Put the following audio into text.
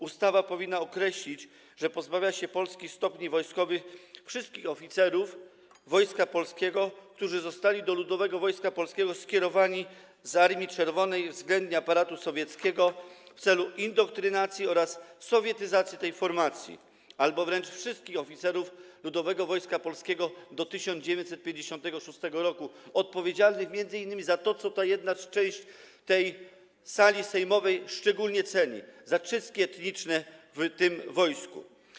Ustawa powinna określić, że pozbawia się polskich stopni wojskowych wszystkich oficerów Wojska Polskiego, którzy zostali do Ludowego Wojska Polskiego skierowani z Armii Czerwonej, względnie aparatu sowieckiego, w celu indoktrynacji oraz sowietyzacji tej formacji, albo wręcz wszystkich oficerów Ludowego Wojska Polskiego do 1956 r. odpowiedzialnych m.in. za to, co jedna część tej sali sejmowej szczególnie ceni - za czystki etniczne w tym wojsku.